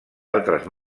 altres